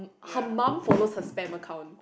her mum follows her spam account